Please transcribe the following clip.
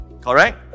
Correct